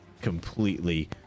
completely